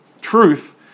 truth